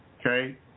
okay